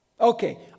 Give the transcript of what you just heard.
okay